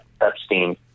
Epstein